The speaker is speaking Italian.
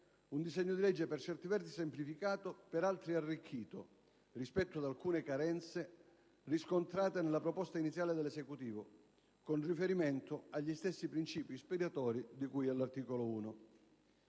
un disegno di legge per certi versi semplificato, per altri arricchito rispetto ad alcune carenze riscontrate nella proposta iniziale dell'Esecutivo, con riferimento agli stessi principi ispiratori di cui all'articolo 1.